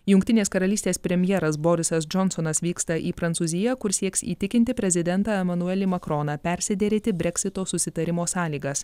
jungtinės karalystės premjeras borisas džonsonas vyksta į prancūziją kur sieks įtikinti prezidentą emanuelį makroną persiderėti breksito susitarimo sąlygas